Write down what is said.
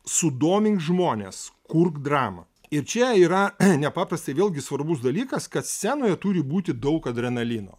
sudomink žmones kurk dramą ir čia yra nepaprastai vėlgi svarbus dalykas kad scenoje turi būti daug adrenalino